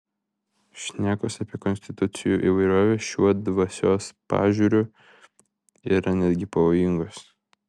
šnekos apie konstitucijų įvairovę šiuo dvasios pažiūriu yra netgi pavojingos